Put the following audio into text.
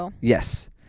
Yes